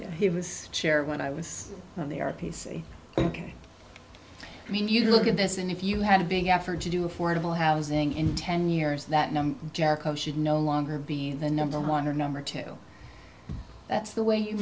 but he was chair when i was on the r p c ok i mean you look at this and if you had a big effort to do affordable housing in ten years that number jericho should no longer be the number one or number two that's the way you